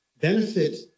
benefit